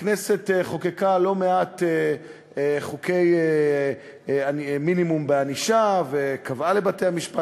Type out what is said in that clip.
הכנסת חוקקה לא מעט חוקי מינימום בענישה וקבעה לבתי-המשפט,